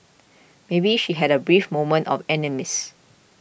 maybe she had a brief moment of amnesia